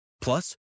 Plus